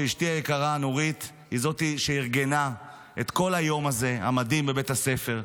שאשתי היקרה נורית היא שארגנה את כל היום המדהים הזה בבית הספר,